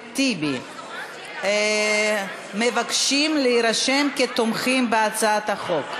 טיבי מבקשים להירשם כתומכים בהצעת החוק.